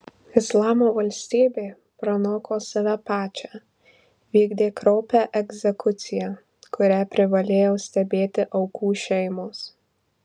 islamo valstybė pranoko save pačią vykdė kraupią egzekuciją kurią privalėjo stebėti aukų šeimos